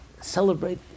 celebrate